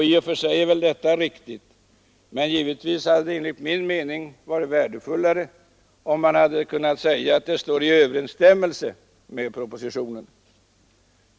I och för sig är väl detta riktigt, men givetvis hade det enligt min mening varit värdefullare, om man hade kunnat säga att det står i överensstämmelse med propositionen.